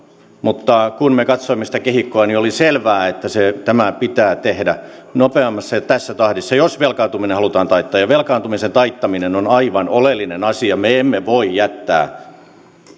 mutta kun me katsoimme sitä kehikkoa niin oli selvää että tämä pitää tehdä nopeammassa ja tässä tahdissa jos velkaantuminen halutaan taittaa ja velkaantumisen taittaminen on aivan oleellinen asia me emme voi jättää